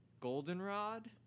Goldenrod